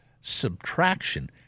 Subtraction